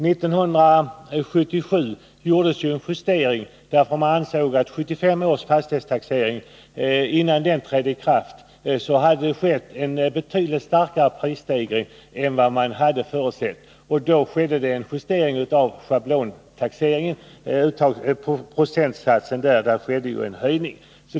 1977 gjordes ju en justering, därför att man ansåg att det innan 1975 års fastighetstaxering trädde i kraft hade skett en betydligt starkare prisstegring än vad man hade förutsett. Då gjorde man en justering av schablontaxeringen och höjde procentsatsen.